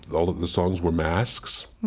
all of the songs were masks.